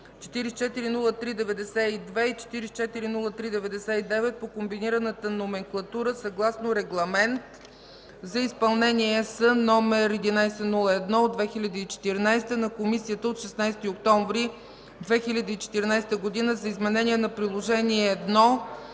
440392 и 440399 по Комбинираната номенклатура, съгласно Регламент за изпълнение (ЕС) № 1101/2014 на Комисията от 16 октомври 2014 г. за изменение на Приложение I